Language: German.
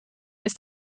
ist